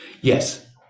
Yes